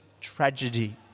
tragedy